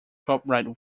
copyright